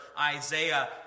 Isaiah